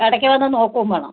ഇടയ്ക്ക് വന്ന് നോക്കുകയും വേണം